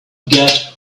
get